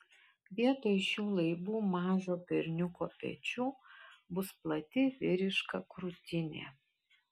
vietoj šių laibų mažo berniuko pečių bus plati vyriška krūtinė